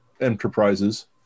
enterprises